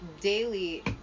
Daily